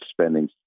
spending